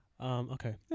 Okay